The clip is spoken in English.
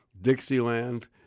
Dixieland